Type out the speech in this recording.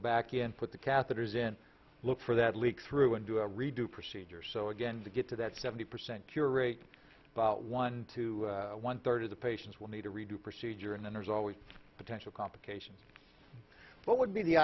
back in put the catheters in look for that leak through and do a redo procedure so again to get to that seventy percent cure rate about one to one third of the patients will need to redo procedure and then there's always potential complications what would be the